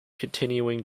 continuing